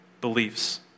beliefs